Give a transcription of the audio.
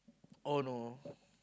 oh no